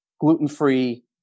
gluten-free